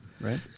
right